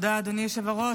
תודה, אדוני יושב-הראש.